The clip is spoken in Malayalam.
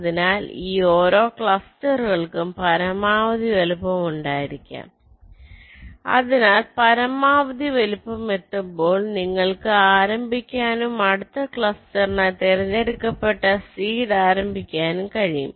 അതിനാൽ ഈ ഓരോ ക്ലസ്റ്ററുകൾക്കും പരമാവധി വലുപ്പം ഉണ്ടായിരിക്കാം അതിനാൽ പരമാവധി വലുപ്പം എത്തുമ്പോൾ നിങ്ങൾക്ക് ആരംഭിക്കാനും അടുത്ത ക്ലസ്റ്ററിനായി തിരഞ്ഞെടുക്കപ്പെട്ട സീഡ് ആരംഭിക്കാനും കഴിയും